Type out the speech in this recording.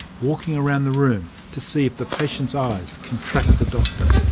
walking around the room to see if the patients' eyes can track the doctor.